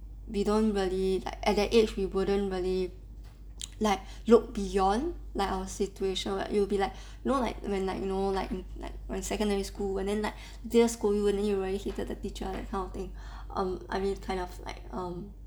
we don't really like at that age we wouldn't really like look beyond like our situation what you will be like you know like when like you know like like when secondary school and then like teacher scold you and then you really hated the teacher that kind of thing um I mean kind of like um